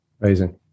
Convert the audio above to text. amazing